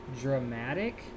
dramatic